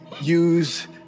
use